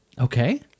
Okay